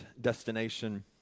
destination